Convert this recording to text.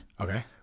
Okay